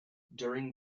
during